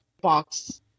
box